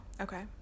okay